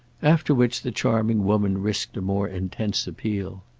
after which the charming woman risked a more intense appeal.